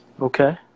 Okay